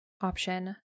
option